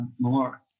more